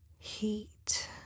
Heat